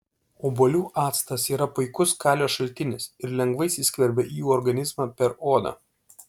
obuolių actas yra puikus kalio šaltinis ir lengvai įsiskverbia į organizmą per odą